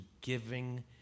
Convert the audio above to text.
giving